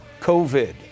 COVID